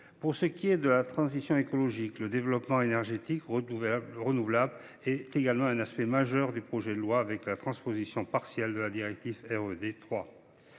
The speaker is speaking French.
Pour ce qui est de la transition écologique, le développement des énergies renouvelables constitue également un aspect majeur de ce projet de loi, avec la transposition partielle de la directive RED